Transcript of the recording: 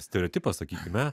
stereotipas sakykime